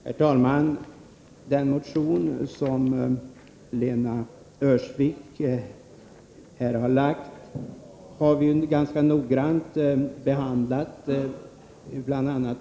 Herr talman! Vi har ganska noggrant behandlat den motion som Lena Öhrsvik lagt fram.